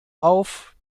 auf